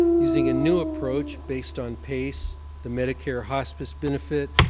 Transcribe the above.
using a new approach based on pace, the medicare hospice benefit,